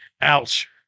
Ouch